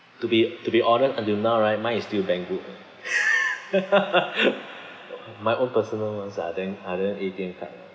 to be to be honest until now right mine is still bank book ah my own personal ones are then are the A_T_M card lah